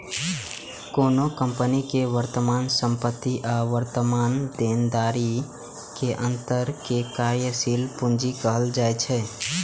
कोनो कंपनी के वर्तमान संपत्ति आ वर्तमान देनदारी के अंतर कें कार्यशील पूंजी कहल जाइ छै